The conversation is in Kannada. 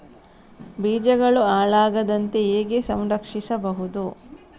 ಬೀಜಗಳು ಹಾಳಾಗದಂತೆ ಹೇಗೆ ಸಂರಕ್ಷಿಸಬಹುದು?